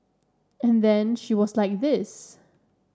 and then she was like this